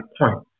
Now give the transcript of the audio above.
point